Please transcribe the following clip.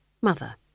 mother